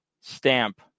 stamp